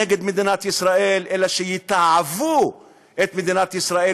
מדינת ישראל אלא שיתעבו את מדינת ישראל,